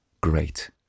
great